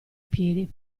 piedi